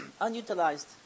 unutilized